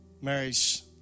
Mary's